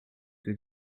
que